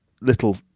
little